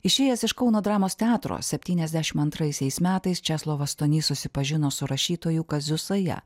išėjęs iš kauno dramos teatro septyniasdešim antraisiais metais česlovas stonys susipažino su rašytoju kaziu saja